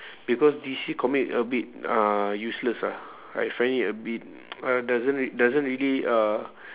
because D_C comic a bit uh useless ah I find it a bit uh doesn't re~ doesn't really uh